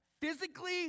Physically